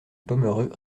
pomereux